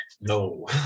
No